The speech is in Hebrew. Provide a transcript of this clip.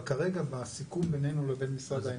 אבל כרגע בסיכום בינינו לבין משרד האנרגיה --- זה